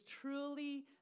truly